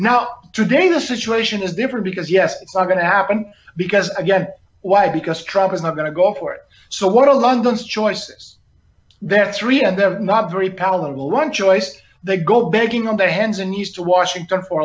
now today the situation is different because yes i'm going to happen because again why because trump is not going to go for it so what to london's joyce's that's real and they're not very palatable one choice they go begging on the hands and used to washington for